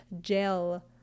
gel